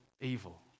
evil